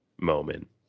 moment